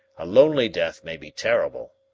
a lonely death may be terrible,